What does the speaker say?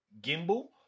gimbal